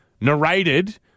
Narrated